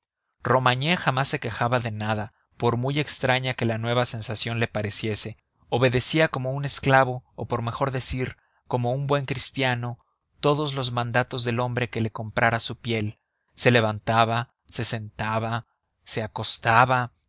romagné jamás se quejaba de nada por muy extraña que la nueva situación le pareciese obedecía como un esclavo o por mejor decir como un buen cristiano todos los mandatos del hombre que le comprara su piel se levantaba se sentaba se acostaba